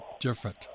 different